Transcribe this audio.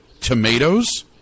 tomatoes